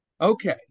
Okay